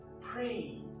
pray